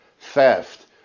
theft